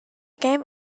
game